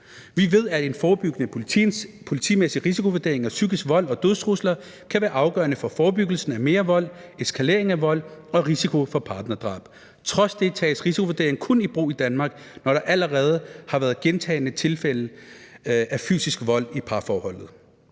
Vi ved, at en forebyggende politimæssig risikovurdering af psykisk vold og dødstrusler kan være afgørende for forebyggelsen af mere vold, eskaleringen af vold og risikoen for partnerdrab. Trods det tages risikovurderingen kun i brug i Danmark, når der allerede har været gentagne tilfælde af fysisk vold i parforholdet.